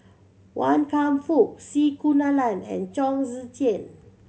Wan Kam Fook C Kunalan and Chong Tze Chien